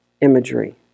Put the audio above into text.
imagery